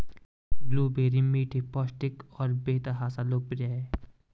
blueberry मीठे, पौष्टिक और बेतहाशा लोकप्रिय हैं